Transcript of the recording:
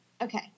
Okay